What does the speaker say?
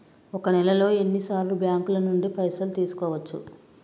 ఒక నెలలో ఎన్ని సార్లు బ్యాంకుల నుండి పైసలు తీసుకోవచ్చు?